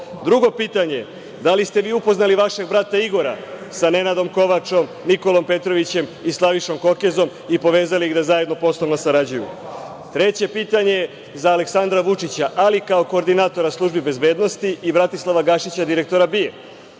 pitanje, da li ste vi upoznali vašeg brata Igora sa Nenadom Kovačom, Nikolom Petrovićem i Slavišom Kohezom i povezali ih da zajedno poslovno sarađuju? Treće pitanje za Aleksandra Vučića, ali kao koordinatora službi bezbednosti Bratislava Gašića direktora BIA,